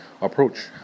approach